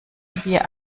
wir